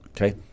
Okay